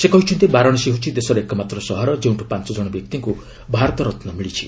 ସେ କହିଛନ୍ତି ବାରାଣାସୀ ହେଉଛି ଦେଶର ଏକମାତ୍ର ସହର ଯେଉଁଠୁ ପାଞ୍ଚଜଣ ବ୍ୟକ୍ତିଙ୍କୁ ଭାରତରତ୍ନ ମିଳିଛି